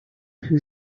who